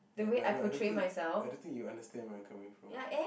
ya but I don't I don't think I don't think you understand where I'm coming from